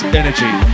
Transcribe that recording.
energy